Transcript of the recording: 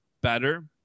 better